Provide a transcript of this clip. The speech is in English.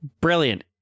brilliant